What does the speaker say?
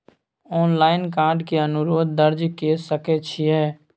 Online card के अनुरोध दर्ज के सकै छियै?